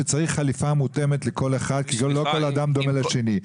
שצריך חליפה מותאמת לכל אחד כי לא כל אדם דומה לשני.